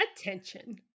Attention